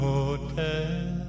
Hotel